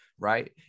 right